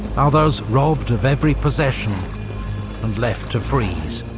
others robbed of every possession and left to freeze.